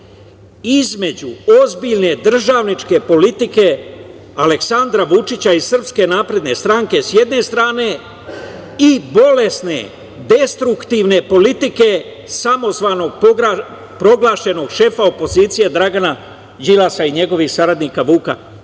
između ozbiljne državničke politike Aleksandra Vučića i SNS sa jedne strane i bolesne, destruktivne politike samozvanog, proglašenog šefa opozicije Dragana Đilasa i njegovih saradnika Vuka